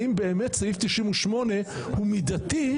האם באמת סעיף 98 הוא מידתי,